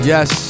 Yes